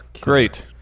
great